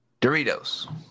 Doritos